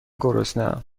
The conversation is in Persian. گرسنهام